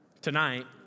Tonight